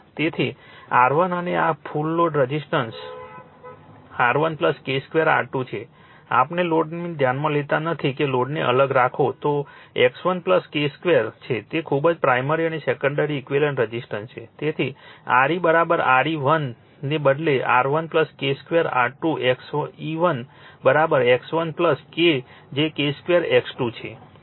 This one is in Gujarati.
તેથી R1 અને આ કુલ રઝિસ્ટન્સ R1 K2 R2 છે આપણે લોડને ધ્યાનમાં લેતા નથી કે લોડને અલગ રાખો તો X1 K2 છે એ ખૂબ જ પ્રાઇમરી અને સેકન્ડરી ઈક્વિવેલન્ટ રઝિસ્ટન્સ છે તેથી Re RE1 ને બદલે R1 K2 R2 XE1 X1 K જે K2 X2 છે